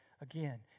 again